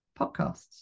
podcasts